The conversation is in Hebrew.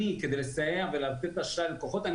כדי לסייע ולתת אשראי ללקוחות,